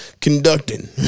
conducting